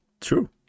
true